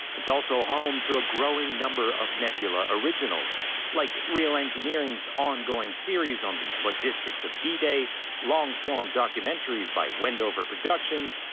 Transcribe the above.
it's also home to a growing number of nebula originals like real engineering's ongoing series on the logistics of d-day, long-form documentaries by wendover productions,